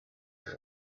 baba